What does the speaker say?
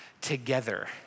together